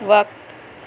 وقت